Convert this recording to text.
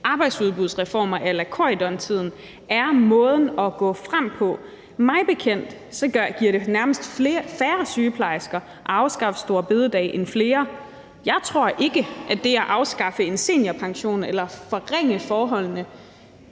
arbejdsudbudsreformer a la Corydontiden er måden at gå frem på. Mig bekendt giver det nærmest færre sygeplejersker end flere at afskaffe store bededag. Jeg tror ikke, at det at afskaffe en seniorpension eller forringe forholdene